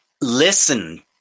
listen